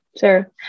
Sure